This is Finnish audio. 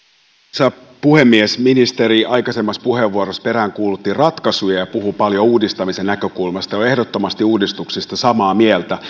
arvoisa puhemies ministeri aikaisemmassa puheenvuorossa peräänkuulutti ratkaisuja ja puhui paljon uudistamisen näkökulmasta olen ehdottomasti uudistuksista samaa mieltä